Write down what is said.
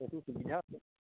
সেইটো সুবিধা আছে